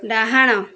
ଡାହାଣ